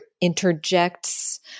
interjects